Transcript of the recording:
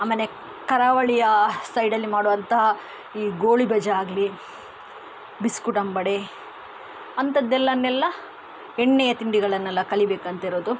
ಆಮೇಲೆ ಕರಾವಳಿಯ ಸೈಡಲ್ಲಿ ಮಾಡುವಂತಹ ಈ ಗೋಳಿಬಜೆ ಆಗಲಿ ಬಿಸ್ಕುಟಂಬಡೆ ಅಂಥದ್ದೆಲ್ಲನ್ನೆಲ್ಲ ಎಣ್ಣೆಯ ತಿಂಡಿಗಳನ್ನೆಲ್ಲ ಕಲಿಯಬೇಕಂತಿರೋದು